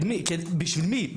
בשביל מי?